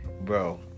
Bro